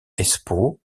espoo